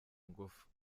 ingufu